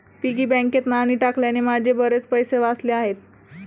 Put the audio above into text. piggy बँकेत नाणी टाकल्याने माझे बरेच पैसे वाचले आहेत